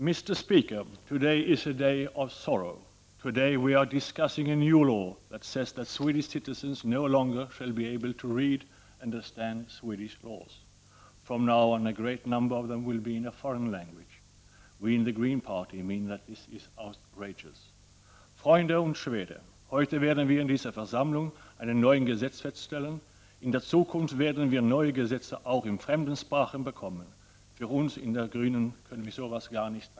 Mr speaker! Today is a day of sorrow. Today we are discussing a new law that says that Swedish citizens no longer shall be able to read and understand Swedish laws. From now on a great number of them will be in a foreign language. We in the Green party mean that this is outrageous. Herr talman!